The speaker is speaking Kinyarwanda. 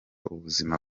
ubuzima